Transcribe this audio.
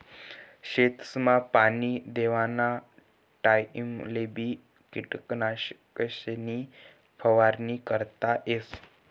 शेतसमा पाणी देवाना टाइमलेबी किटकनाशकेसनी फवारणी करता येस